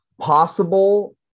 possible